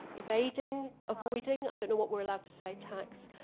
evading, avoiding. i don't know what we're allowed to say tax.